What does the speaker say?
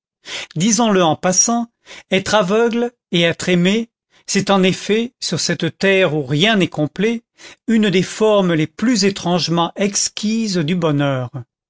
disons-le en passant être aveugle et être aimé c'est en effet sur cette terre où rien n'est complet une des formes les plus étrangement exquises du bonheur